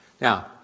Now